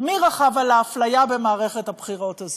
מי רכב על האפליה במערכת הבחירות הזאת?